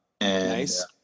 Nice